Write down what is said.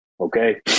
Okay